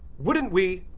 wouldn't we